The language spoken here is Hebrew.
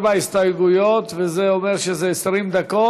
ארבע הסתייגויות זה אומר 20 דקות.